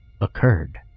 occurred